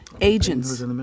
agents